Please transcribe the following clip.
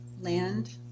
land